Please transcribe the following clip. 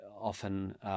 often